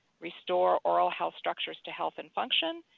restore oral health structures to health and function,